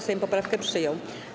Sejm poprawkę przyjął.